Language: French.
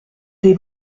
des